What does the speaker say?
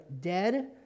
dead